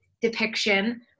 depiction